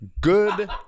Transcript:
Good